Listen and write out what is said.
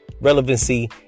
relevancy